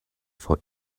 for